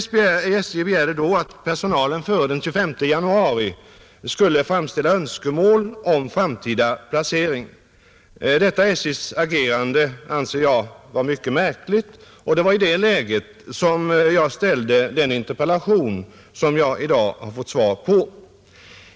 SJ begärde då att personalen före den 25 januari skulle framställa önskemål om framtida placering. Detta SJ:s agerande anser jag vara mycket märkligt, och det var i det läget som jag framställde den interpellation som jag i dag har fått svar på.